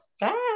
Bye